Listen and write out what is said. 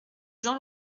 jean